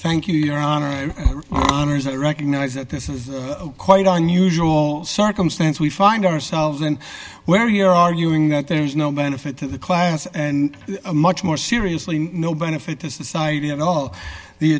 thank you your honor honors i recognize that this is quite an unusual circumstance we find ourselves and where you're arguing that there's no benefit to the class and much more seriously no benefit to society and all the